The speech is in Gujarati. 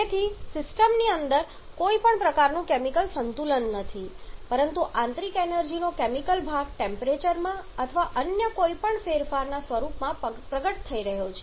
તેથી સિસ્ટમની અંદર કોઈ પણ પ્રકારનું કેમિકલ સંતુલન નથી પરંતુ આંતરિક એનર્જી નો કેમિકલ ભાગ ટેમ્પરેચરમાં અથવા અન્ય કોઈ ફેરફારના સ્વરૂપમાં પ્રગટ થઈ રહ્યો છે